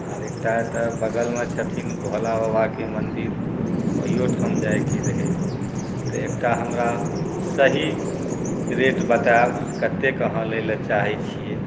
आओर एकटा एतऽ बगलमे छथिन भोला बाबाके मन्दिर ओहिओ ठाम जाइके रहै तऽ एकटा हमरा सही रेट बताएब कतेक अहाँ लैलए चाहै छिए